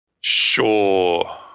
Sure